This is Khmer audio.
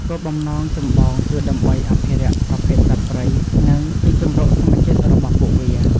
គោលបំណងចម្បងគឺដើម្បី អភិរក្សប្រភេទសត្វព្រៃ និង ទីជម្រកធម្មជាតិ របស់ពួកវា។